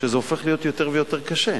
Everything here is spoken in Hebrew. שזה הופך ליותר ויותר קשה.